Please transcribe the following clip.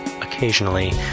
occasionally